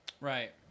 Right